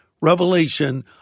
Revelation